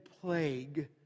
plague